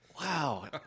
wow